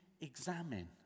examine